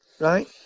Right